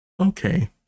Okay